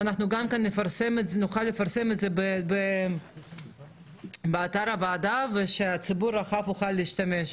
שאנחנו נוכל לפרסם את זה באתר הוועדה ושהציבור הרחב יוכל להשתמש בו.